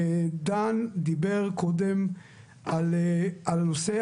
דן דיבר קודם על נושא,